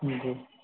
जी